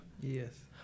Yes